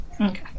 Okay